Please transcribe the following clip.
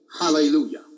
Hallelujah